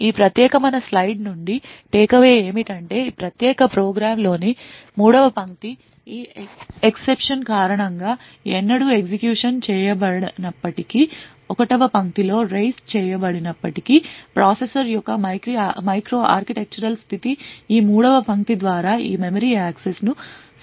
ఈ ప్రత్యేకమైన స్లైడ్ నుండి takeaway ఏమిటంటే ఈ ప్రత్యేక ప్రోగ్రామ్లోని 3 వ పంక్తి ఈ ఎక్సెప్షన్ కారణంగా ఎన్నడూ ఎగ్జిక్యూషన్ చేయబడనప్పటికీ 1 వ పంక్తిలో raise చేయబడనప్పటికీ ప్రాసెసర్ యొక్క మైక్రో ఆర్కిటెక్చరల్ స్థితి ఈ మూడవ పంక్తి ద్వారా ఈ మెమరీ యాక్సెస్ ను సవరిస్తుంది